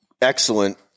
excellent